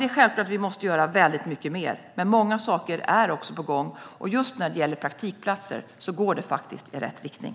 Det är självklart att vi måste göra väldigt mycket mer. Men många saker är också på gång, och när det gäller just praktikplatser går det faktiskt i rätt riktning.